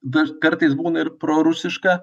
dar kartais būna ir prorusiška